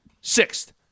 sixth